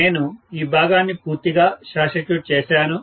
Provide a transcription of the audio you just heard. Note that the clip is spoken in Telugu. నేను ఈ భాగాన్ని పూర్తిగా షార్ట్ సర్క్యూట్ చేసాను